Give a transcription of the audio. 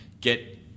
get